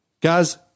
Guys